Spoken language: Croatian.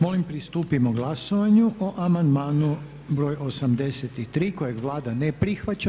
Molim pristupimo glasovanju o amandmanu broj 83. kojeg Vlada ne prihvaća.